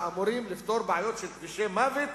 שאמורים לפתור בעיות של כבישי מוות,